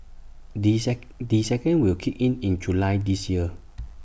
the the second will kick in in July this year